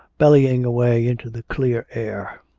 bellying away into the clear air.